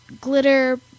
glitter